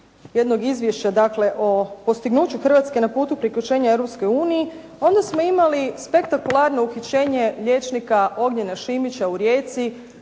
jednog Izvješća dakle o postignuću Hrvatske na putu priključenja Europskoj uniji, onda smo imali spektakularno uhićenje liječnika Ognjena Šimića u Rijeci.